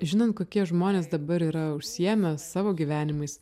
žinant kokie žmonės dabar yra užsiėmę savo gyvenimais